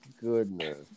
goodness